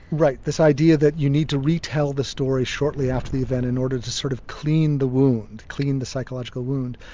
right, this idea that you need to retell the story shortly after the event in order to sort of clean the wound, clean the psychological wound.